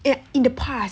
eh in the past